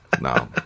No